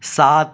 سات